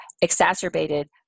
exacerbated